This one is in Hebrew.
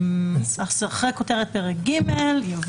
הכותרת המעודכנת היא: